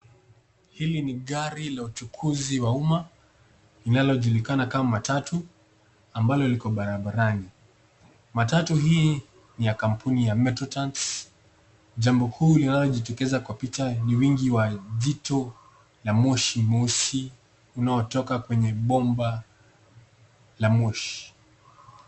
Hili ni gari la uchukuzi wa umma, linalojulikana kama matatu ambalo liko barabarani. Matatu hii ni ya kampuni ya metro trans, jambo kuu ambalo linajitokeleza kwa picha ni wingi wa jicho la moshi mosi unaotoka kwenye bomba la moshi.